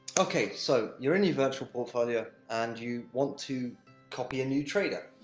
okay, so you're in your virtual portfolio, and you want to copy a new trader.